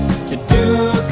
to do.